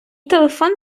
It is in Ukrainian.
телефон